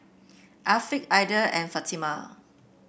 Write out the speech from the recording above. Afiqah Aidil and Fatimah